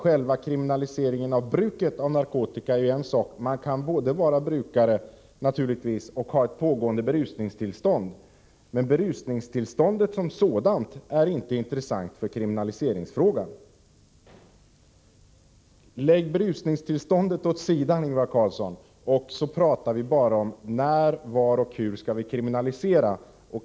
Själva kriminaliseringen av bruket av narkotika är en sak. Man kan naturligtvis både vara brukare och befinna sig i ett pågående berusningstillstånd. Men berusningstillståndet som sådant är inte intressant för kriminaliseringsfrågan. Lägg berusningstillståndet åt sidan, Ingvar Carlsson, så pratar vi bara om när, var och hur vi skall kriminalisera.